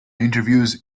interviews